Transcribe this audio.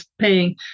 paying